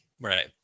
Right